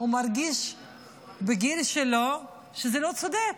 הוא מרגיש בגיל שלו שזה לא צודק.